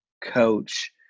Coach